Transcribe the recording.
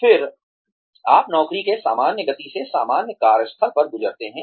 फिर आप नौकरी से सामान्य गति से सामान्य कार्यस्थल पर गुजरते हैं